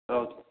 ରହୁଛି